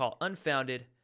unfounded